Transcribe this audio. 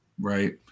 right